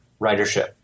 ridership